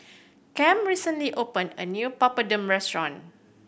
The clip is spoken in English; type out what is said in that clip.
cam recently opened a new Papadum restaurant